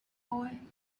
boy